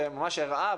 וממש הראה,